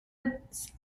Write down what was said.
its